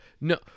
No